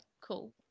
cool